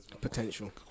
Potential